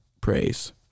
praise